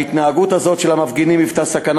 ההתנהגות הזאת של מפגינים היוותה סכנה